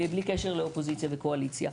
בלי קשר לאופוזיציה וקואליציה.